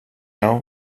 now